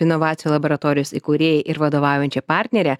inovacijų laboratorijos įkūrėja ir vadovaujančia partnere